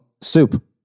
soup